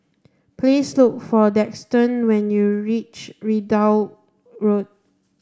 please look for Daxton when you reach Ridout Road